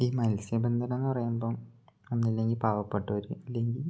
ഈ മത്സ്യബന്ധനമെന്ന് പറയുമ്പോള് ഒന്നുമില്ലെങ്കില് പാവപ്പെട്ടവര് അല്ലെങ്കില്